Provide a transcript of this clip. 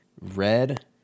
red